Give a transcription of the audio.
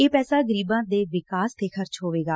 ਇਹ ਪੈਸਾ ਗਰੀਬਾਂ ਦੇ ਵਿਕਾਸ ਤੇ ਖਰਚ ਹੋਵੇਗਾ